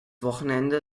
wochenende